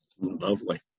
Lovely